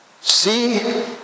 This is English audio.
See